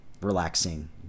relaxing